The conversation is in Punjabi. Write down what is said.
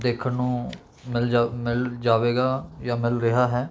ਦੇਖਣ ਨੂੰ ਮਿਲ ਜਾਊ ਮਿਲ ਜਾਵੇਗਾ ਜਾਂ ਮਿਲ ਰਿਹਾ ਹੈ